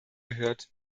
gehört